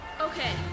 Okay